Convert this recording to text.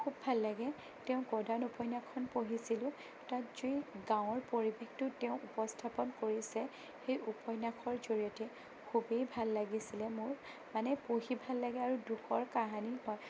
খুব ভাল লাগে তেওঁৰ গদান উপন্যাসখন পঢ়িছিলোঁ তাত যি গাওঁৰ পৰিৱেশটো তেওঁ উপস্থাপন কৰিছে সেই উপন্যাসৰ জড়িয়তে খুবেই ভাল লাগিছিলে মোৰ মানে পঢ়ি ভাল লাগে আৰু দুখৰ কাহিনী হয়